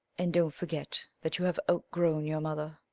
and don't forget that you have outgrown your mother.